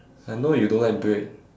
I know you don't like bread